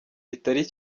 bitari